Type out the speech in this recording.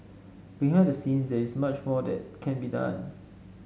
behind the scenes there is much more that can be done